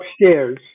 Upstairs